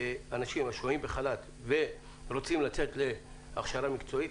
אנשים השוהים בחל"ת ורוצים לצאת להכשרה מקצועית,